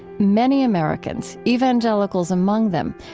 many americans, evangelicals among them,